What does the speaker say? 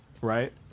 right